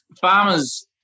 farmers